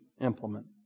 implement